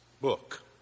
book